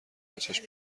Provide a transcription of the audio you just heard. بچش